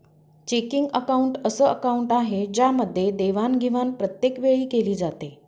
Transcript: checking account अस account आहे ज्यामध्ये देवाणघेवाण प्रत्येक वेळी केली जाते